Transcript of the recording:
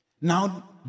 Now